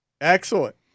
Excellent